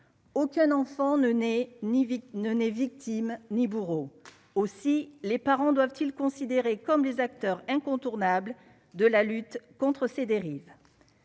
aucun enfant ne naît ni ne est victime ni bourreau aussi les parents doivent-ils considérés comme des acteurs incontournables de la lutte contre ces dérives,